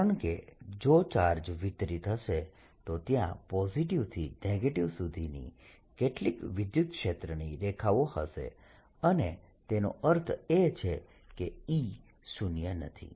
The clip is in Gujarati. કારણ કે જો ચાર્જ વિતરિત હશે તો ત્યાં પોઝિટીવ થી નેગેટીવ સુધીની કેટલીક વિદ્યુતક્ષેત્રની રેખાઓ હશે અને તેનો અર્થ એ છે કે E શૂન્ય નથી